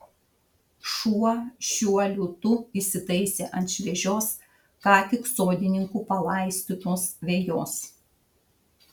šuo šiuo liūtu įsitaisė ant šviežios ką tik sodininkų palaistytos vejos